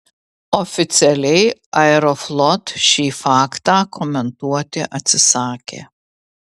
oficialiai aeroflot šį faktą komentuoti atsisakė